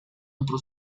otro